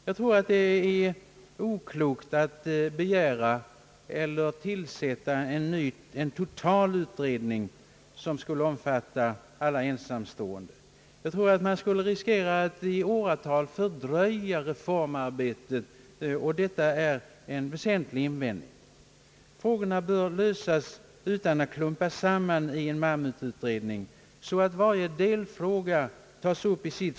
Jag tror att det vore oklokt att tillsätta en total utredning som skulle omfatta alla ensamstående. Man skulle därigenom riskera att i åratal fördröja reformarbetet. Detta är en väsentlig invändning. Frågorna bör lösas utan att klumpas samman i en mammututredning. Många av dessa frågor, exempel Ang.